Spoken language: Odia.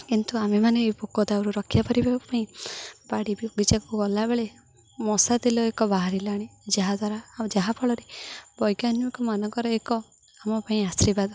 କିନ୍ତୁ ଆମେମାନେ ଏ ପୋକ ଦାଉରୁ ରକ୍ଷା କରିବା ପାଇଁ ବାଡ଼ି ବଗିଚାକୁ ଗଲାବେଳେ ମଶା ତେଲ ଏକ ବାହାରିଲାଣି ଯାହା ଦ୍ୱାରା ଆଉ ଯାହା ଫଳରେ ବୈଜ୍ଞାନିକମାନଙ୍କର ଏକ ଆମ ପାଇଁ ଆଶୀର୍ବାଦ